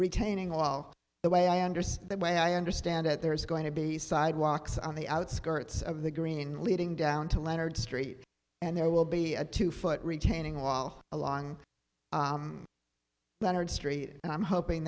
retaining wall the way i understand the way i understand it there is going to be sidewalks on the outskirts of the green leading down to leonard street and there will be a two foot retaining wall along leonard street and i'm hoping